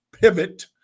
pivot